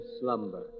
slumber